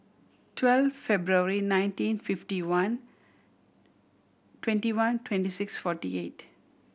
twelve February nineteen fifty one twenty one twenty six forty eight